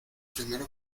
primero